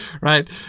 right